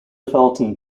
felton